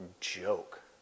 joke